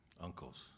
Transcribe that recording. uncles